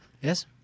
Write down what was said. Yes